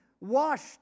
washed